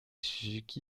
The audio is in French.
suzuki